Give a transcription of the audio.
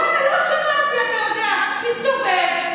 הוא הסתובב,